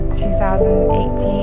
2018